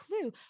clue